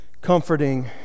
comforting